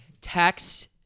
Text